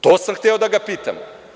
To sam hteo da ga pitam.